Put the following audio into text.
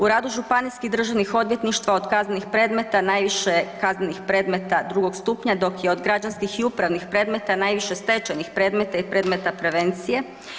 U radu županijskih državnih odvjetništava od kaznenih predmeta najviše je kaznenih predmeta drugog stupnja dok je od građanskih i upravnih predmeta najviše stečajnih predmeta i predmeta prevencije.